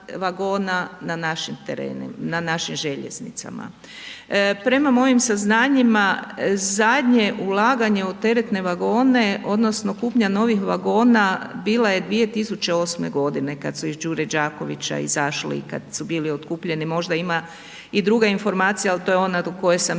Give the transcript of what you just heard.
na našim željeznicama. Prema mojim saznanjima zadnje ulaganje u teretne vagone odnosno kupnja novih vagona bila je 2008. godine kad su iz Đure Đakovića izašli i kad su bili otkupljeni. Možda ima i druga informacija, ali to je ona do koje sam ja